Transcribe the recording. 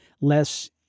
less